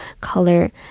color